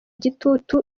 igitutu